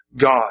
God